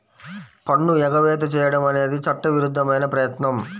పన్ను ఎగవేత చేయడం అనేది చట్టవిరుద్ధమైన ప్రయత్నం